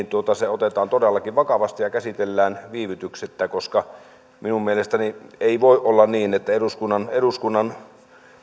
otetaan todellakin vakavasti ja käsitellään viivytyksettä koska minun mielestäni ei voi olla niin että eduskunnan eduskunnan